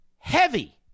heavy